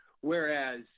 whereas